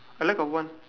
I lack of one